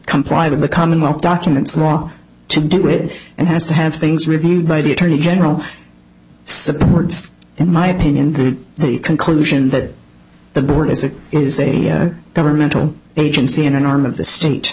comply with the commonwealth documents law to do it and has to have things reviewed by the attorney general supports in my opinion the conclusion that the board is it is a governmental agency in an arm of the